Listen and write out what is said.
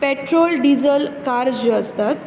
petrol diesel car ज्यो आसतात